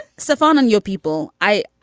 stuff on on your people. i.